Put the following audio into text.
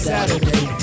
Saturday